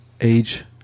age